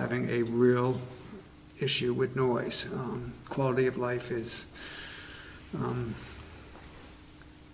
having a real issue with noise quality of life is